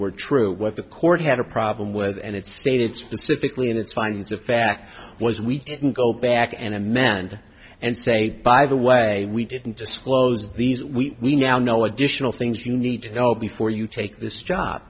were true what the court had a problem with and it stated specifically in its findings of fact was we can go back and amend and say by the way we didn't disclose these we we now know additional things you need to know before you take this job